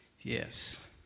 Yes